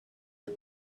the